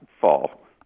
fall